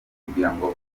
kugirango